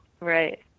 right